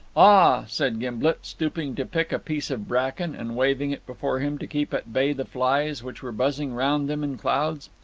ah, said gimblet, stooping to pick a piece of bracken, and waving it before him to keep at bay the flies, which were buzzing round them in clouds.